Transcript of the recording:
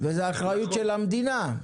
וזאת אחריות של המדינה.